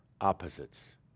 opposites –